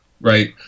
Right